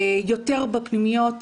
יותר בפנימיות,